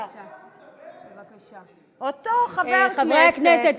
חברי הכנסת,